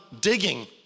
digging